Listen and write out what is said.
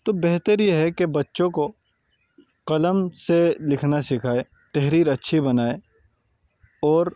تو بہتر یہ ہے کہ بچوں کو قلم سے لکھنا سکھائے تحریر اچھی بنائے اور